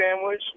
sandwich